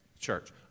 church